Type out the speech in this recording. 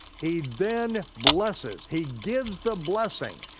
he then blesses, he gives the blessing,